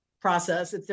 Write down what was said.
process